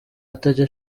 atajya